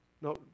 No